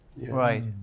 Right